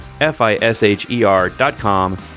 F-I-S-H-E-R.com